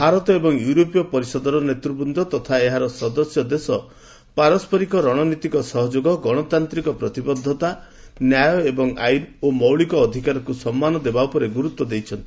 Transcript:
ଭାରତ ଏବଂ ୟୁରୋପୀୟ ପରିଷଦର ନେତୃବୃନ୍ଦ ତଥା ଏହା ସଦସ୍ୟ ଦେଶ ପାରସ୍କରିକ ରଣନୀତିକ ସହଯୋଗ ଗଣତାନ୍ତ୍ରିକ ପ୍ରତିବଦ୍ଧତାନ୍ୟାୟ ଏବଂ ଆଇନ ଓ ମୌଳିକ ଅଧିକାରକୁ ସମ୍ମାନ ଦେବା ଉପରେ ଗୁରୁତ୍ୱ ଦେଇଛନ୍ତି